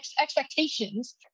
expectations